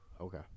okay